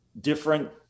different